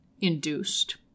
induced